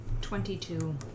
Twenty-two